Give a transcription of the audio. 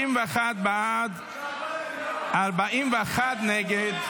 61 בעד, 41 נגד.